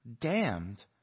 damned